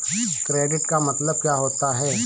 Credit का मतलब क्या होता है?